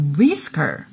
Whisker